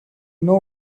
know